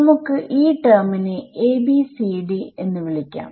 നമുക്ക് ഈ ടെർമ് നെ a b c d എന്ന് വിളിക്കാം